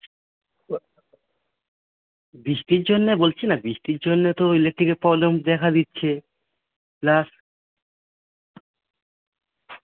বৃষ্টির জন্যে বলছি না বৃষ্টির জন্যে তো ইলেক্ট্রিকের প্রবলেম দেখা দিচ্ছে প্লাস